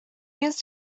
used